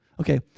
Okay